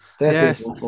Yes